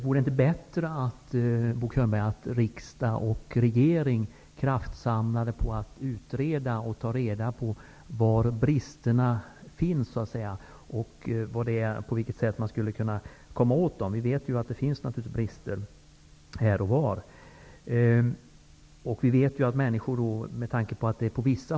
Vore det inte bättre, Bo Könberg, att riksdag och regering gjorde en kraftsamling och utredde var bristerna finns för att kunna avhjälpa dem? Det finns naturligtvis brister här och var, det vet vi.